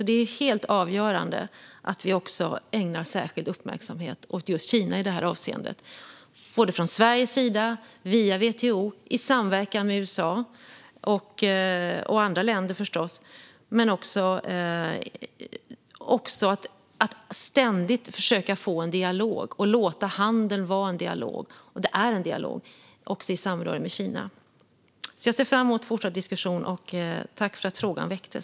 Det är därför helt avgörande att vi ägnar särskild uppmärksamhet åt just Kina i detta avseende från Sveriges sida, via WTO och i samverkan med USA och förstås med andra länder, men också att vi ständigt försöker få en dialog och låter handeln vara en dialog. Och det är en dialog, också i samröre med Kina. Jag ser fram emot fortsatt diskussion. Tack för att frågan väcktes!